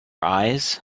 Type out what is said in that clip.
eyes